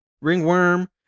ringworm